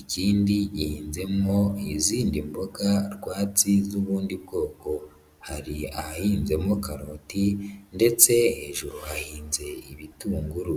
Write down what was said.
ikindi gihinzemo izindi mboga rwatsi n'ubundi bwoko. Hari ahahinzemo karoti ndetse hejuru hahinze ibitunguru.